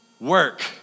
Work